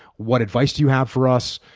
what advice do you have for us?